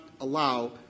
allow